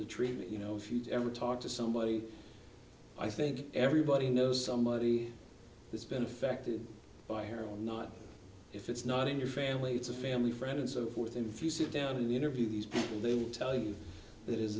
to treatment you know if you've ever talked to somebody i think everybody knows somebody that's been affected by harold not if it's not in your family it's a family friend and so forth and few sit down and interview these people they will tell you it is